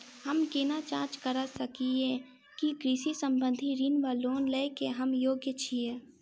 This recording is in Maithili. हम केना जाँच करऽ सकलिये की कृषि संबंधी ऋण वा लोन लय केँ हम योग्य छीयै?